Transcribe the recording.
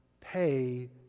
pay